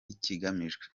ikigamijwe